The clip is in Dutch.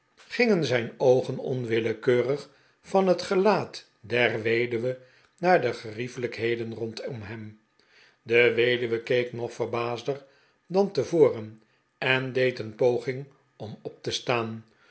gingen zijn oogen onwillekeurig van het gelaat der weduwe naar de geriefelijkheden rondom hem de weduwe keek nog verbaasder dan tevoren en deed een poging om op te staan